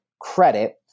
credit